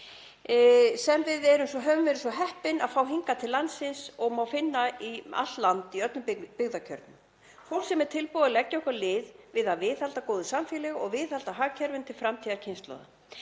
sem við höfum verið svo heppin að fá hingað til landsins og má finna um allt land í öllum byggðarkjörnum; fólk sem er tilbúið að leggja okkur lið við að viðhalda góðu samfélagi og viðhalda hagkerfinu til framtíðarkynslóða.